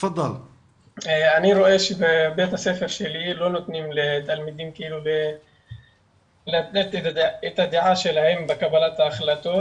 רואה שבבית הספר שלי לא נותנים לתלמידים לומר את דעתם בקבלת ההחלטות.